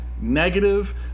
negative